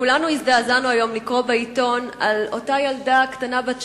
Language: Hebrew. כולנו הזדעזענו היום לקרוא בעיתון על אותה ילדה קטנה בת שלוש,